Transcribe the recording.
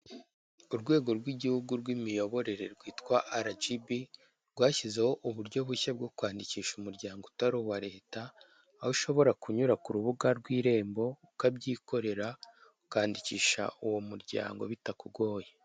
Urwego rw'igihugu rw'imiyoborere rwitwa arajibi rwashyizeho uburyo bushya bwo kwandikisha umuryango utari uwa leta aho ushobora kunyura ku rubuga rw' irembo ukabyikorera ukandikisha uwo muryango bitakugoye.